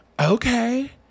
okay